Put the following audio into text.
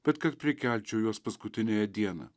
bet kad prikelčiau juos paskutiniąją dieną